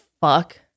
fuck